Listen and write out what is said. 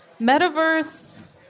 metaverse